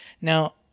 Now